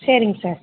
சரிங்க சார்